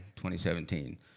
2017